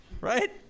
right